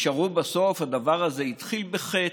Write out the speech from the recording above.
הדבר הזה התחיל בחטא,